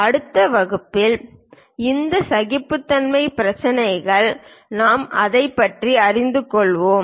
அடுத்த வகுப்பில் இந்த சகிப்புத்தன்மை பிரச்சினைகள் நாம் அதைப் பற்றி அறிந்து கொள்வோம்